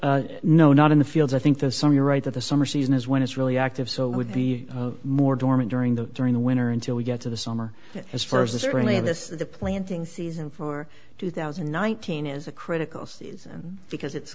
well no not in the field i think there's some you're right that the summer season is when it's really active so it would be more dormant during the during the winter until we get to the summer as far as the certainly this is the planting season for two thousand and nineteen is a critical season because it's